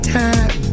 time